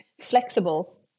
flexible